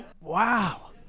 Wow